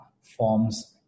forms